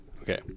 okay